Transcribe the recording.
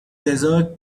desert